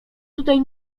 tutaj